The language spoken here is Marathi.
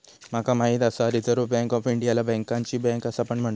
माका माहित आसा रिझर्व्ह बँक ऑफ इंडियाला बँकांची बँक असा पण म्हणतत